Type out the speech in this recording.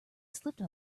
slipped